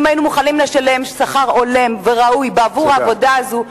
אם היינו מוכנים לשלם שכר הולם וראוי עבור העבודה הזאת,